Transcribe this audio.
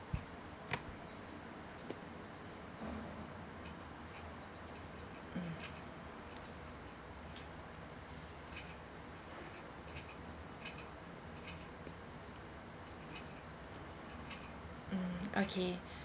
mm mm okay